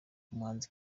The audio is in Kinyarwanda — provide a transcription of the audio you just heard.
umuhanzi